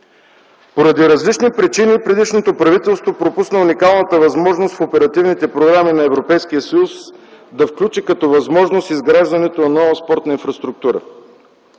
По различни причини предишното правителство пропусна уникалната възможност да включи в оперативните програми на Европейския съюз като възможност изграждането на нова спортна инфраструктура.